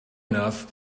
enough